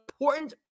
important